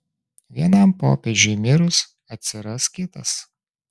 vienam popiežiui mirus atsiras kitas